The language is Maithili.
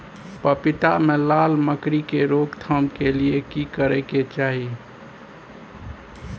पपीता मे लाल मकरी के रोक थाम के लिये की करै के चाही?